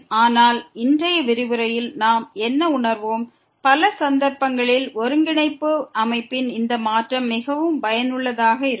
ஆனால் இன்றைய விரிவுரையில் நாம் என்ன உணர்வோம் பல சந்தர்ப்பங்களில் ஒருங்கிணைப்பு அமைப்பின் இந்த மாற்றம் மிகவும் பயனுள்ளதாக இருக்கும்